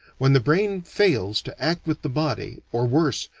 when the brain fails to act with the body, or, worse,